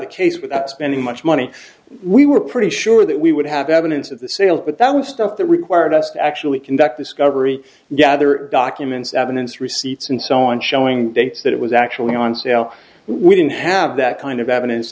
the case without spending much money we were pretty sure that we would have evidence of the sale but that was stuff that required us to actually conduct discovery and gather documents evidence receipts and so on showing dates that it was actually on sale we didn't have that kind of evidence